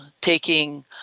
taking